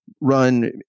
run